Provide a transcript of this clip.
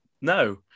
No